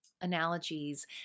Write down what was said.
analogies